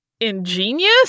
ingenious